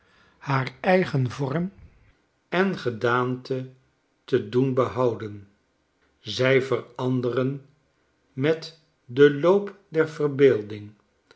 haar eigen vorm en gedaante te doen behouden zij veranderen met den loop der verbeelding